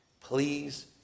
please